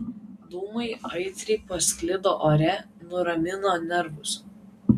dūmai aitriai pasklido ore nuramino nervus